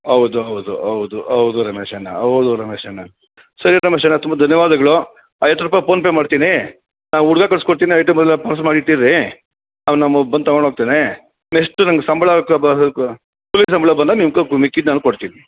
ಹೌದು ಹೌದು ಹೌದು ಹೌದು ರಮೇಶಣ್ಣ ಹೌದು ರಮೇಶಣ್ಣ ಸರಿ ರಮೇಶಣ್ಣ ತುಂಬ ಧನ್ಯವಾದಗಳು ಐವತ್ತು ರೂಪಾಯಿ ಪೋನ್ಪೇ ಮಾಡ್ತೀನಿ ನಾ ಹುಡುಗ ಕಳ್ಸ್ಕೊಡ್ತೀನಿ ಐಟಮೆಲ್ಲ ಪಾರ್ಸಲ್ ಮಾಡಿ ಇಟ್ಟಿರಿ ಅವ ನಮ್ಮವ ಬಂದು ತಗೊಂಡು ಹೋಗ್ತನೆ ನೆಷ್ಟು ನಂಗೆ ಸಂಬಳ ಕ ಕೂಲಿ ಸಂಬಳ ಬಂದಾಗ ನಿಮಗೂ ಮಿಕ್ಕಿದ್ದು ನಾನು ಕೊಡ್ತೀನಿ